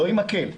לא עם מקל,